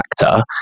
factor